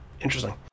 interesting